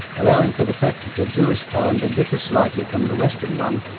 allowing for the fact that the jewish calendar differs slightly from the western one,